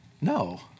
No